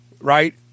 right